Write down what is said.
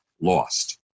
lost